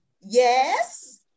yes